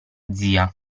zia